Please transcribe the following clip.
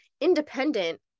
independent